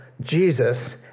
Jesus